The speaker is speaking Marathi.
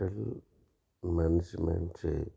हॉटेल मॅनेजमेंटचे